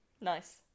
Nice